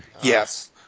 Yes